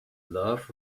love